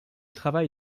travail